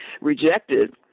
rejected